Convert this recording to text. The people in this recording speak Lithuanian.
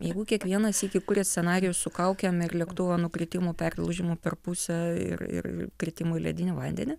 jeigu kiekvieną sykį kuriat scenarijų su kaukėm ir lėktuvo nukritimu perlūžimu per pusę ir ir kritimu į ledinį vandenį